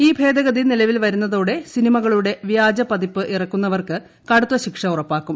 ഈ ഭേദഗതി നിലവിൽ വരുന്നതോടെ സിനിമകളുടെ വ്യാജപ്പതിപ്പ് ഇറക്കുന്നവർക്ക് കടുത്ത ശിക്ഷ ഉറപ്പാക്കും